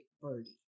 Birdie